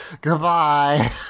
Goodbye